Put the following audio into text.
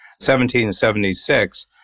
1776